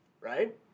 right